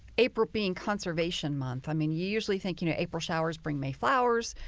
april being conservation month. i mean you usually think you know april showers bring may flowers,